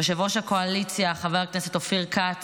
ליושב-ראש הקואליציה חבר הכנסת אופיר כץ,